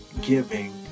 giving